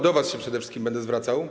Do was się przede wszystkim będę zwracał.